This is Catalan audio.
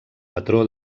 patró